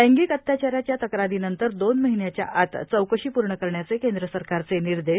लैंगिक अत्याचाराच्या तक्रारीनंतर दोन महिन्याच्या आत चौकशी पूर्ण करण्याचे केंद्र सरकारचे निर्देश